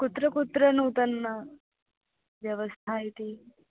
कुत्र कुत्र नूतना व्यवस्था इति